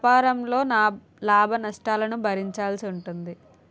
వ్యాపారంలో లాభనష్టాలను భరించాల్సి ఉంటుంది